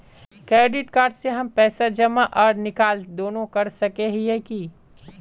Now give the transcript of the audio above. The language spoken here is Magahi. क्रेडिट कार्ड से हम पैसा जमा आर निकाल दोनों कर सके हिये की?